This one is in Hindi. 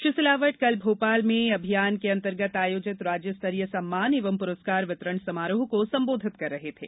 श्री सिलावट कल भोपाल में अभियान के अंतर्गत आयोजित राज्य स्तरीय सम्मान एवं पुरस्कार वितरण समारोह को संबोधित कर रहे थे